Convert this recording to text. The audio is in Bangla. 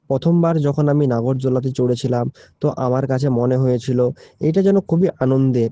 পথম বার যখন আমি নাগরদোলাতে চড়েছিলাম তো আমার কাছে মনে হয়েছিলো এটা যেন খুবই আনন্দের